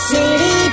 City